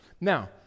Now